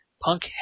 Punk